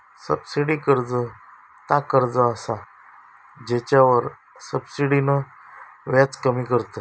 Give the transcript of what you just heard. subsidy कर्ज ता कर्ज असा जेच्यावर सब्सिडीन व्याज कमी करतत